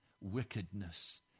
wickedness